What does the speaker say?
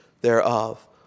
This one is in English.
thereof